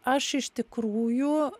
aš iš tikrųjų